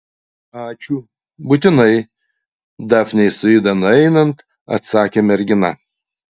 ačiū būtinai dafnei su ida nueinant atsakė mergina